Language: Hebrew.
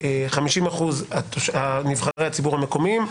50% לנבחרי הציבור המקומיים,